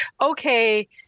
okay